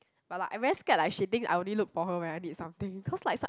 but like I very scared like she think I only look for her when I need something cause like some